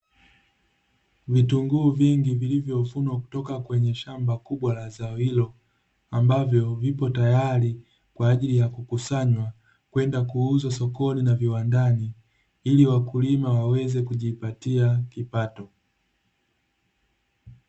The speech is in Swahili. Vitunguu vingi vilivyovunwa kutoka kwenye shamba kubwa la zao hilo, ambavyo vipo tayari kwa ajili ya kukusanywa kwenda kuuzwa sokoni na viwandani ili wakulima waweze kujipatia kipato.